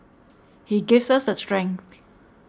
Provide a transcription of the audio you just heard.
he gives us the strength